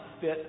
fit